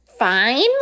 fine